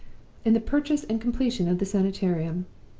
in the purchase and completion of the sanitarium.